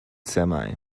semi